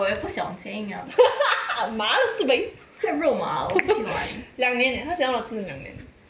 好麻的事情两年哦他喜欢我整整两年